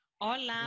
Hola